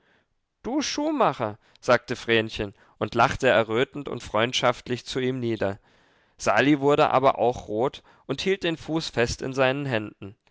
du schuhmacher sagte vrenchen und lachte errötend und freundschaftlich zu ihm nieder sali wurde aber auch rot und hielt den fuß fest in seinen händen